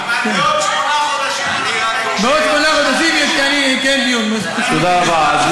אבל בעוד שמונה חודשים אנחנו, בעוד